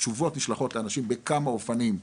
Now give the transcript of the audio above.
התשובות נשלחות לאנשים בכמה אופנים,